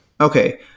okay